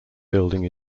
building